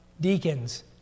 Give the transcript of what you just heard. Deacons